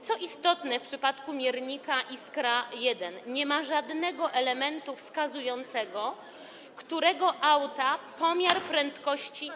Co istotne, w przypadku miernika Iskra-1 nie ma żadnego elementu wskazującego, którego auta dotyczy pomiar prędkości.